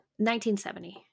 1970